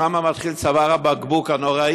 שם מתחיל צוואר הבקבוק הנורא,